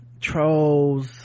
trolls